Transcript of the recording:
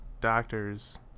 doctors